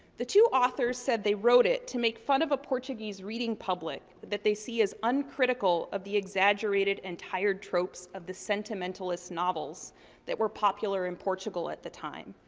the two authors said they wrote it to make fun of a portuguese reading public that they see as uncritical of the exaggerated and tired tropes of the sentimentalist novels that were popular in portugal at the time.